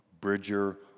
Bridger